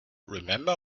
remember